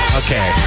okay